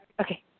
okay